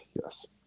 Yes